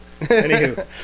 Anywho